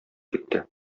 китте